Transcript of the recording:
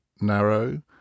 narrow